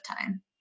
time